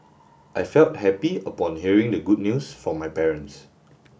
I felt happy upon hearing the good news from my parents